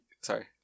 sorry